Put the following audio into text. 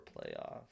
playoffs